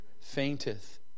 fainteth